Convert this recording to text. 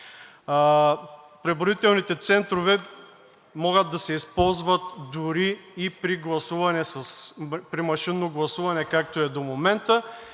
Преброителните центрове могат да се използват дори и при машинно гласуване, както е до момента,